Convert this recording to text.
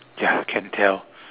ya can tell